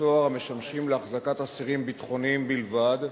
בתי-סוהר המשמשים להחזקת אסירים ביטחוניים בלבד,